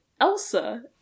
Elsa